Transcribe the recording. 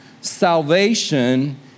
salvation